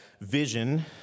vision